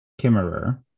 kimmerer